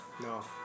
No